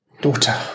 Daughter